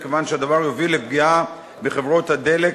מכיוון שהדבר יוביל לפגיעה בחברות הדלק,